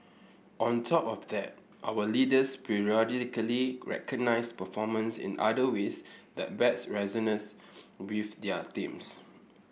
on top of that our leaders periodically recognise performance in other ways that best resonates with their teams